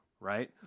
right